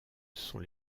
sont